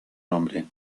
nombre